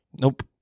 nope